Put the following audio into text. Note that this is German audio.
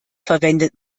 verwendet